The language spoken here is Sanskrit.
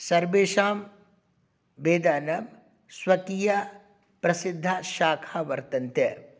सर्वेषां वेदानां स्वकीया प्रसिद्धा शाखा वर्तन्ते